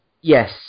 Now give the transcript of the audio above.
Yes